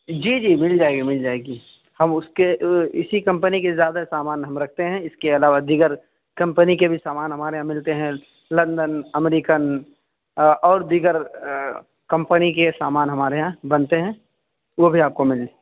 جی جی مل جائے گی مل جائے گی ہم اس کے اسی کمپنی کے زیادہ سامان ہم رکھتے ہیں اس کے علاوہ دیگر کمپنی کے بھی سامان ہمارے یہاں ملتے ہیں لنڈن امریکن اور دیگر کمپنی کے سامان ہمارے یہاں بنتے ہیں وہ بھی آپ کو مل